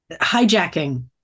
Hijacking